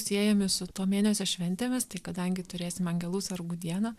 siejami su to mėnesio šventėmis tai kadangi turėsim angelų sargų dieną